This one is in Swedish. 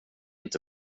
inte